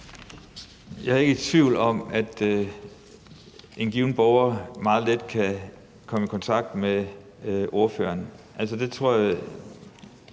Jeg er ikke i tvivl om, at en given borger meget let kan komme i kontakt med ordføreren.